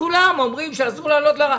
כולם אומרים שאסור לעלות להר הבית.